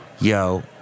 Yo